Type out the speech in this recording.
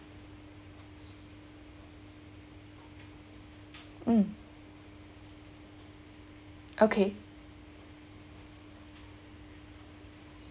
mm okay